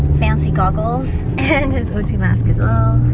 fancy goggles and his o two mask as well.